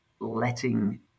letting